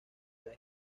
edad